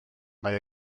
mae